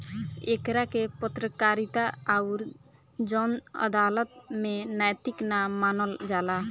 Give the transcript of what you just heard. एकरा के पत्रकारिता अउर जन अदालत में नैतिक ना मानल जाला